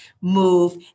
move